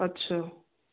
अछा